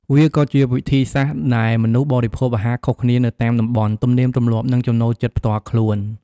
វាក៏ជាវិធីសាស្ត្រដែលមនុស្សបរិភោគអាហារខុសគ្នាទៅតាមតំបន់ ទំនៀមទម្លាប់ និងចំណូលចិត្តផ្ទាល់ខ្លួន។